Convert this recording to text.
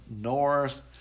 north